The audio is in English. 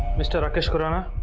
mr. rakesh khurana?